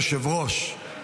אדוני היושב-ראש,